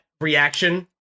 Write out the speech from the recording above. reaction